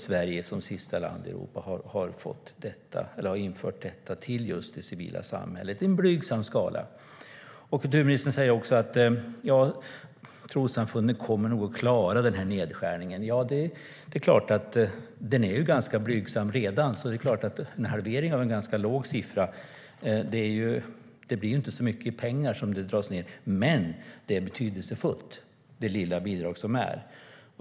Sverige var det sista landet i Europa som införde detta i det civila samhället i blygsam skala. Kulturministern säger att trossamfunden nog kommer att klara nedskärningen. Ja, bidraget är redan ganska blygsamt, så en halvering av en ganska låg siffra är inte så mycket i pengar. Men det lilla bidraget är ändå betydelsefullt.